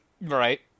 Right